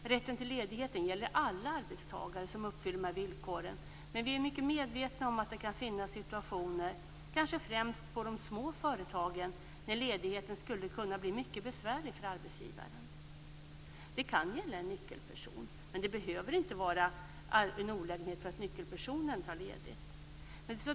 Rätten till ledigheten gäller alla arbetstagare som uppfyller villkoren, men vi är mycket medvetna om att det kan finnas situationer kanske främst på de små företagen, när ledigheten skulle bli mycket besvärlig för arbetsgivaren. Det kan gälla en nyckelperson, men det behöver inte vara en olägenhet att nyckelpersonen tar ledigt.